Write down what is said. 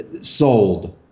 Sold